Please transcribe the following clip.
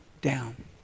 down